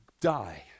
die